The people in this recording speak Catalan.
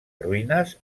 ruïnes